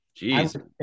Jeez